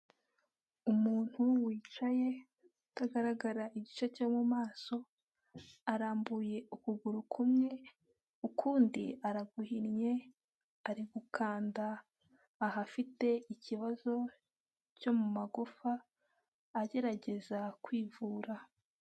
Umuntu wicaye utagaragara igice cyo mu maso, arambuye ukuguru kumwe, ukundi araguhinnye, ari gukanda ahafite ikibazo cyo mu magufa, agerageza kwivura.